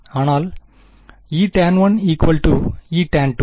அதனால் Etan1 Etan2